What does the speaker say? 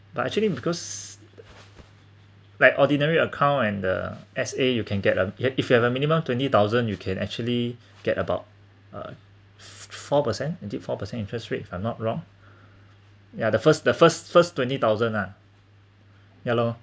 but actually because like ordinary account and the S_A you can get a yet if you have a minimum twenty thousand you can actually get about um fo~ four percent deep four percent interest rate if I'm not wrong yeah the first the first first twenty thousand lah ya lor